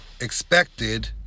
expected